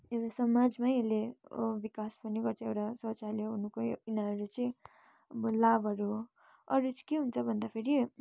यो समाजमै यसले अब विकास पनि कतिवटा शौचालय हुनुको यिनीहरू चाहिँ अब लाभहरू हो अरू चाहिँ के हुन्छ भन्दाखेरि